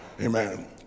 Amen